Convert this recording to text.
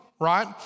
Right